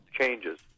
changes